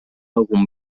algun